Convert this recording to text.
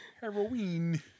Heroin